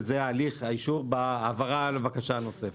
שזה הליך האישור בהעברה לבקשה נוספת.